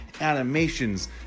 animations